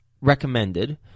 recommended